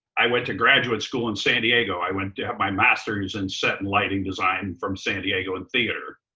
i went to graduate school in san diego. i went to have my master's in and set and lighting design from san diego in theater.